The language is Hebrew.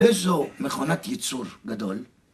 איזו מכונת ייצור גדול